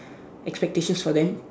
expectations for them